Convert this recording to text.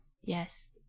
Yes